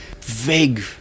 vague